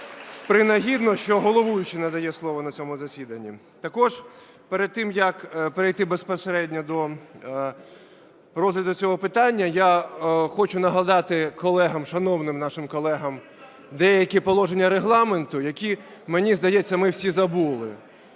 принагідно, що головуючий надає слово на цьому засіданні. Також перед тим як перейти безпосередньо до розгляду цього питання, я хочу нагадати колегам, шановним нашим колегам, деякі положення Регламенту, які, мені здається, ми всі забули.